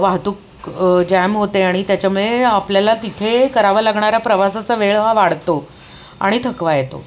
वाहतूक जॅम होते आणि त्याच्यामुळे आपल्याला तिथे करावा लागणारा प्रवासाचा वेळ हा वाढतो आणि थकवा येतो